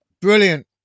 Brilliant